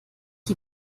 die